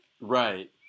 right